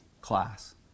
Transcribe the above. class